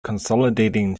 consolidating